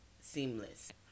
seamless